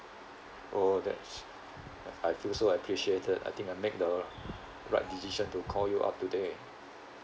oh that's I feel so appreciated I think I make the right decision to call you up today